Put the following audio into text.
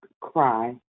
cry